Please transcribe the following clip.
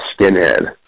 skinhead